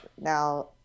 now